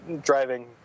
driving